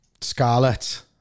Scarlet